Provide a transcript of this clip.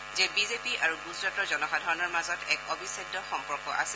তেওঁ কয় যে বিজেপি আৰু গুজৰাটৰ জনসাধাৰণৰ মাজত এক অবিচ্ছেদ্য সম্পৰ্ক আছে